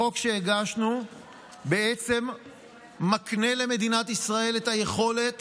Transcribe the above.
החוק שהגשנו מקנה למדינת ישראל את היכולת